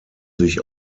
sich